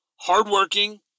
hardworking